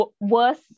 worse